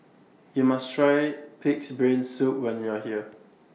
YOU must Try Pig'S Brain Soup when YOU Are here